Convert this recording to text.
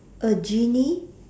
a genie